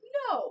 no